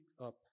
up